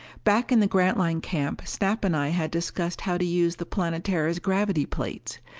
back in the grantline camp snap and i had discussed how to use the planetara's gravity plates.